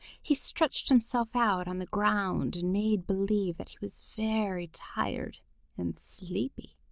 he stretched himself out on the ground and made believe that he was very tired and sleepy.